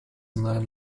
nine